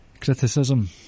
Criticism